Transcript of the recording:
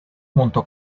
junto